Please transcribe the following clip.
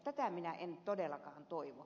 tätä minä en todellakaan toivo